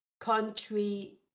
country